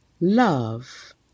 Love